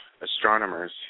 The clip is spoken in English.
Astronomers